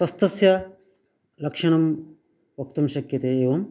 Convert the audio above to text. स्वस्थस्य लक्षणं वक्तुं शक्यते एवं